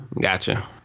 gotcha